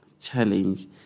challenge